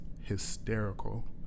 hysterical